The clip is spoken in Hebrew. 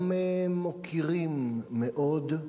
גם מוקירים מאוד,